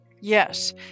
Yes